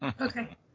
Okay